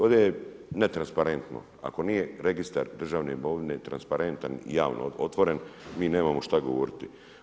Ovdje je ne transparentno, ako nije registar državne imovine transparentan i javno otvoren mi nemamo šta govoriti.